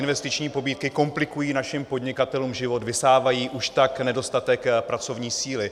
Investiční pobídky komplikují našim podnikatelům život, vysávají už tak nedostatek pracovní síly.